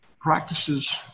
practices